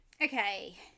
Okay